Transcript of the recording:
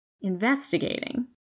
investigating